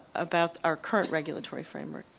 about our current regulatory framework.